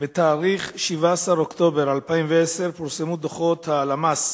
ב-17 באוקטובר 2010 פורסמו דוחות הלמ"ס,